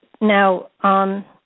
Now